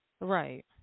Right